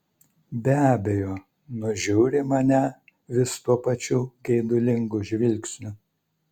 be abejo nužiūri mane vis tuo pačiu geidulingu žvilgsniu